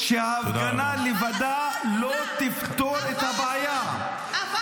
-- שההפגנה לבדה לא תפתור את הבעיה -- עבר הזמן.